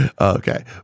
Okay